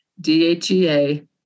DHEA